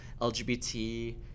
LGBT